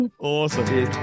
Awesome